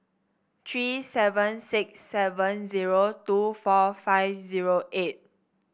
three seven six seven zero two four five zero eight